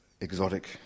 exotic